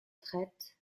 traite